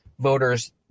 voters